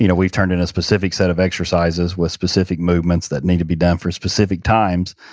you know we've turned in a specific set of exercises with specific movements that need to be done for specific times,